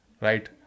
right